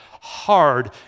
hard